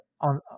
on